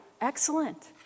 Excellent